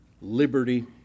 liberty